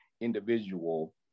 individual